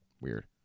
Weird